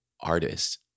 artist